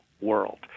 world